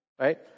Right